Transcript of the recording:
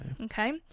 Okay